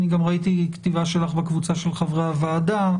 אני גם ראיתי כתיבה שלך בקבוצה של חברי הוועדה,